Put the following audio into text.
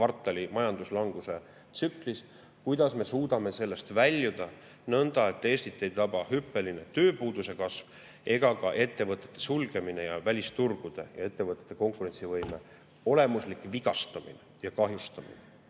kvartali majanduslanguse tsüklis, suudame väljuda nõnda, et Eestit ei taba hüppeline tööpuuduse kasv ega ka ettevõtete sulgemine ja välisturgude ja ettevõtete konkurentsivõime olemuslik vigastamine ja kahjustamine.